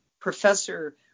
Professor